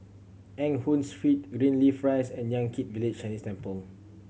Eng Hoon Street Greenleaf Rise and Yan Kit Village Chinese Temple